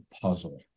puzzle